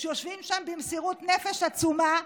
שיושבים שם במסירות נפש עצומה,